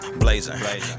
blazing